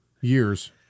years